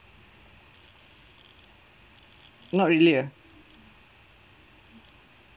not really uh